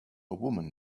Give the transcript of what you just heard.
woman